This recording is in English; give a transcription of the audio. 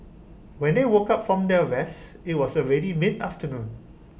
when they woke up from their rest IT was already mid afternoon